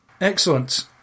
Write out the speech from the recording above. Excellent